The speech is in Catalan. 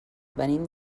venim